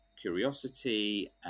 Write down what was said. curiosity